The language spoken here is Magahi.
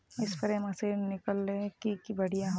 स्प्रे मशीन किनले की बढ़िया होबवे?